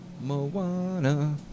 Moana